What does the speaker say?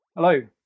Hello